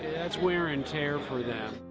that's wear and tear for them.